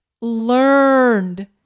learned